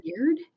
weird